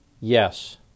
yes